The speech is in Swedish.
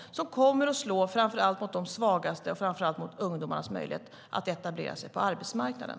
De kommer att slå framför allt mot de svagaste och framför allt mot ungdomars möjlighet att etablera sig på arbetsmarknaden.